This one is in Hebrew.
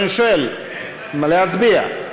זה מה שאני שואל, מה להצביע.